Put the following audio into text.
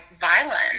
violence